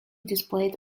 displayed